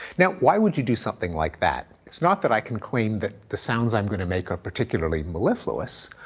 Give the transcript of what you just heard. now, why would you do something like that? it's not that i can claim that the sounds i'm going to make are particularly mellifluous,